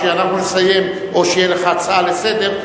כשאנחנו נסיים או כשתהיה לך הצעה לסדר,